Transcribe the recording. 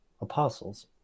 apostles